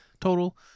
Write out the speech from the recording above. total